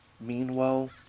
Meanwhile